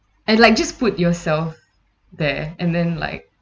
and like just put yourself there and then like